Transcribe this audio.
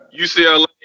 UCLA